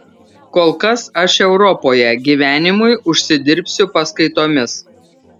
kol kas aš europoje gyvenimui užsidirbsiu paskaitomis